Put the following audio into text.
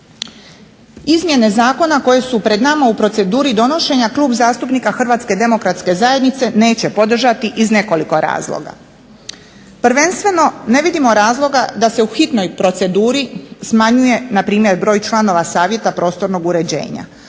Izmjene zakona koje su pred nama u proceduri donošenja Klub zastupnika HDZ-a neće podržati iz nekoliko razloga. Prvenstveno ne vidimo razloga da se u hitnoj proceduri smanjuje npr. broj članova Savjeta prostornog uređenja.